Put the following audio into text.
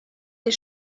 des